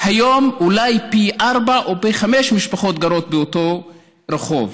היום אולי פי ארבעה או פי חמישה משפחות גרות באותו רחוב,